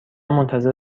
منتظر